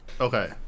Okay